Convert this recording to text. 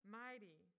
mighty